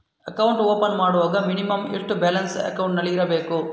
Account open ಮಾಡುವಾಗ minimum ಎಷ್ಟು balance ಅಕೌಂಟಿನಲ್ಲಿ ಇರಬೇಕು?